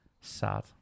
sad